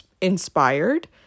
inspired